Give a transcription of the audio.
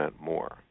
more